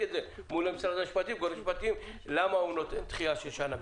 מול משרד המשפטים למה הוא נותן דחייה של שנה.